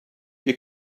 you